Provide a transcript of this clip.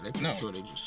No